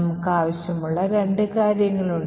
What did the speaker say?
നമുക്ക് ആവശ്യമുള്ള രണ്ട് കാര്യങ്ങളുണ്ട്